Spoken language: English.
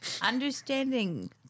Understanding